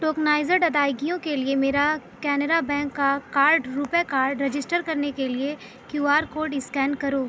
tokenized ادائیگیوں کے لیے میرا کینرا بینک کا کارڈ روپے کارڈ رجسٹر کرنے کے لیے کیو آر کوڈ اسکین کرو